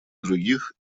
других